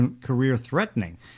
career-threatening